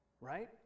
Right